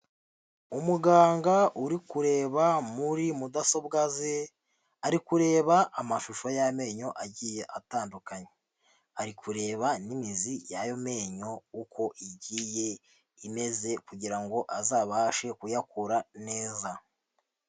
Umuganga uri kureba muri mudasobwa ze, ari korebaba amashusho y'amenyo agiye atandukanye. Ari kureba n'imizi y'ayo menyo uko igiye imeze kugira ngo azabashe kuyakura neza.